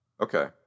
Okay